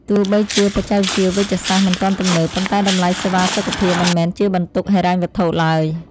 ទោះបីជាបច្ចេកវិទ្យាវេជ្ជសាស្ត្រមិនទាន់ទំនើប ប៉ុន្តែតម្លៃសេវាសុខភាពមិនមែនជាបន្ទុកហិរញ្ញវត្ថុឡើយ។